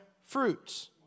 fruits